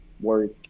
work